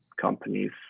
companies